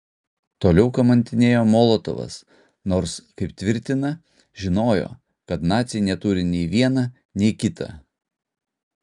toliau kamantinėjo molotovas nors kaip tvirtina žinojo kad naciai neturi nei viena nei kita